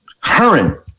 current